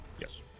Yes